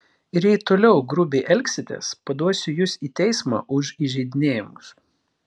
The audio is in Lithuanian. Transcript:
ir jei toliau grubiai elgsitės paduosiu jus į teismą už įžeidinėjimus